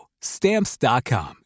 Stamps.com